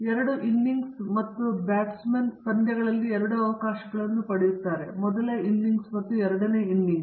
ಎರಡು ಇನ್ನಿಂಗ್ಸ್ ಮತ್ತು ಬ್ಯಾಟ್ಸ್ಮನ್ ಪಂದ್ಯಗಳಲ್ಲಿ ಎರಡು ಅವಕಾಶಗಳನ್ನು ಪಡೆಯುತ್ತಾರೆ ಮೊದಲ ಇನ್ನಿಂಗ್ಸ್ ಮತ್ತು ಎರಡನೇ ಇನ್ನಿಂಗ್ಸ್